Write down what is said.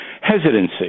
Hesitancy